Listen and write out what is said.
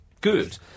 good